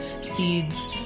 seeds